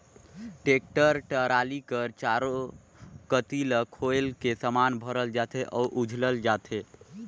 tractor trolley कर चाएरो कती ल खोएल के समान भरल जाथे अउ उझलल जाथे